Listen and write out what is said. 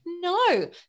No